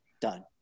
done